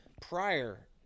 Prior